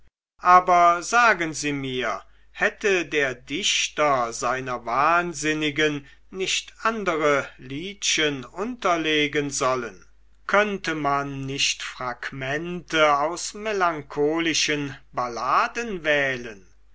aber sagen sie mir hätte der dichter seiner wahnsinnigen nicht andere liedchen unterlegen sollen könnte man nicht fragmente aus melancholischen balladen wählen